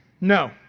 No